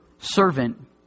servant